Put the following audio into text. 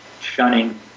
shunning